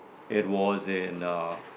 it was in uh